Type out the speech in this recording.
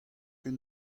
ket